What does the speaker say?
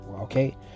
okay